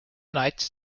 night